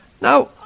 Now